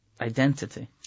identity